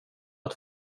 att